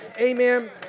Amen